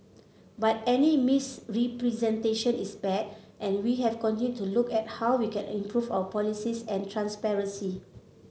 but any misrepresentation is bad and we have continued to look at how we can improve our policies and transparency